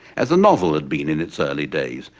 as the novel had been in its early days,